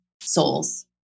souls